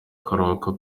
karuhuko